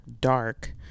dark